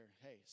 hey